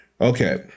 Okay